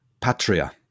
patria